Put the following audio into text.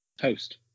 toast